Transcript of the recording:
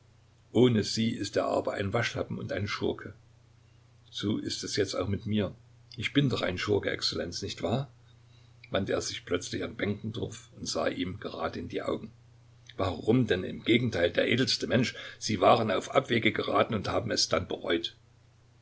ohne sie ist er aber ein waschlappen und ein schurke so ist es jetzt auch mit mir ich bin doch ein schurke exzellenz nicht wahr wandte er sich plötzlich an benkendorf und sah ihm gerade in die augen warum denn im gegenteil der edelste mensch sie waren auf abwege geraten und haben es dann bereut